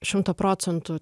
šimtą procentų